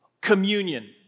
communion